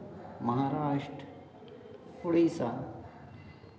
Maharashtra Orissa